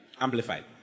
Amplified